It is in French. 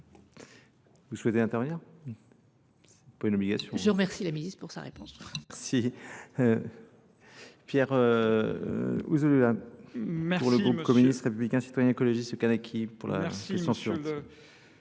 Vous souhaitez Je remercie la ministre pour sa réponse.